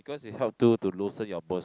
because it help to to loosen your bones